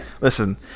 listen